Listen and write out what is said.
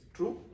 True